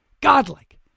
Godlike